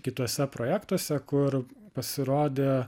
kituose projektuose kur pasirodė